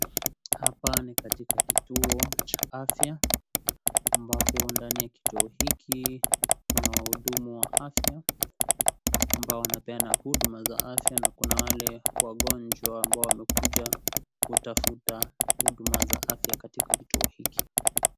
Hapa ni katika kituo cha afya ambapo ndani ya kituo hiki kuna wahudumu wa afya ambao wanapeana huduma za afya, na kuna wale wagonjwa ambao wamekuja kutafuta huduma za afya katika kituo hiki.